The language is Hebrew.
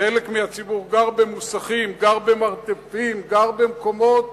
חלק מהציבור, גר במוסכים, גר במרתפים, גר במקומות